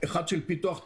אחד של פיתוח תוכנה,